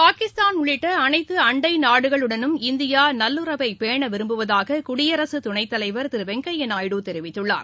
பாகிஸ்தான் உள்ளிட்டஅனைத்துஅண்டைநாடுகளுடனும் இந்தியாநல்லுறவைபேணவிரும்புவதாககுடியரசுதுணைத்தலைவர் திருவெங்கையாநாயுடு தெரிவித்துள்ளார்